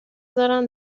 زارن